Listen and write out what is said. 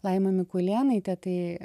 laima mikulėnaitė tai